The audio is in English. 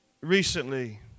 recently